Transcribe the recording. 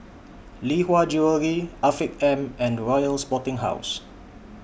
Lee Hwa Jewellery Afiq M and Royal Sporting House